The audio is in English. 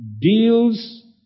deals